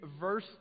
verse